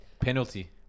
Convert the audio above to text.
Penalty